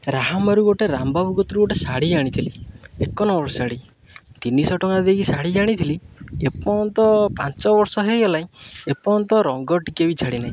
ରାହାମାରୁ ଗୋଟେ ରାମବାବୁ କତିରୁ ଗୋଟେ ଶାଢ଼ୀ ଆଣିଥିଲି ଏକ ନମ୍ବର୍ ଶାଢ଼ୀ ତିନିଶହ ଟଙ୍କା ଦେଇକି ଶାଢ଼ୀ କିଣିଥିଲି ଏ ପର୍ଯ୍ୟନ୍ତ ପାଞ୍ଚ ବର୍ଷ ହୋଇଗଲାଣି ଏ ପର୍ଯ୍ୟନ୍ତ ରଙ୍ଗ ଟିକିଏ ବି ଛାଡ଼ି ନାହିଁ